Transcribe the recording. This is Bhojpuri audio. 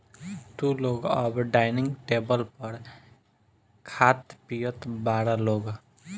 तू लोग अब डाइनिंग टेबल पर खात पियत बारा लोग